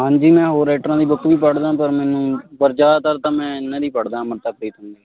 ਹਾਂਜੀ ਮੈਂ ਹੋਰ ਰਾਈਟਰਾਂ ਦੀ ਬੁਕ ਵੀ ਪੜ੍ਦਾ ਪਰ ਮੈਨੂੰ ਪਰ ਜਿਆਦਾਤਰ ਤਾਂ ਮੈਂ ਇਹਨਾਂ ਦੀ ਪੜਦਾ ਅੰਮ੍ਰਿਤਾ ਪ੍ਰੀਤਮ ਦੀ